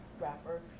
rappers